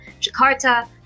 Jakarta